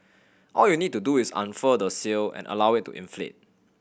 all you need to do is unfurl the sail and allow it to inflate